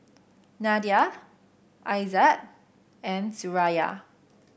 Nadia Aizat and Suraya